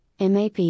MAP